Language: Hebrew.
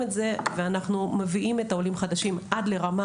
אנחנו מביאים את העולים החדשים עד לרמה